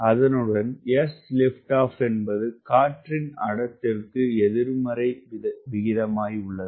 அதனுடன் sLO என்பது காற்றின் அடர்த்திக்கு எதிர்மறை விகிதமாய் உள்ளது